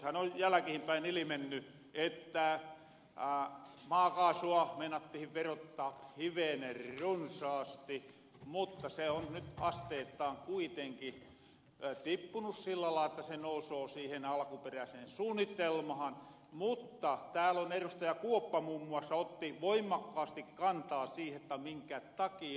nythän on jäläkihinpäin ilimenny että maakaasua meinattihin verottaa hivenen runsaasti mutta se on nyt asteettain kuitenkin tippunu sillä lailla että se nousoo siihen alkuperäseen suunnitelmahan mutta täällä erustaja kuoppa muun muassa otti voimakkaasti kantaa siihen notta minkä takia